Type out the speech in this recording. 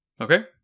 okay